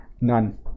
none